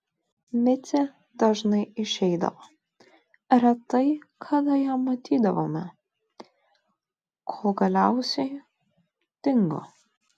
micė dažnai išeidavo retai kada ją matydavome kol galiausiai dingo